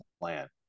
plan